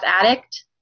Addict